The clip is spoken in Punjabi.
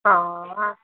ਹਾਂ